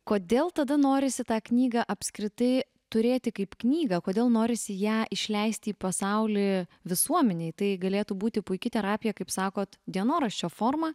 kodėl tada norisi tą knygą apskritai turėti kaip knygą kodėl norisi ją išleisti į pasaulį visuomenei tai galėtų būti puiki terapija kaip sakot dienoraščio forma